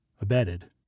abetted